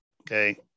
okay